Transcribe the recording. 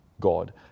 God